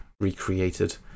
recreated